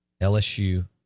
LSU